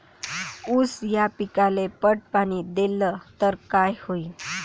ऊस या पिकाले पट पाणी देल्ल तर काय होईन?